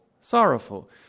Sorrowful